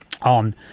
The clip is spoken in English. on